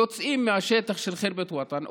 יוצאים מהשטח של ח'רבת אל-וטן,